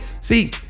see